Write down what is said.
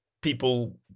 people